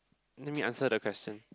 let me answer the question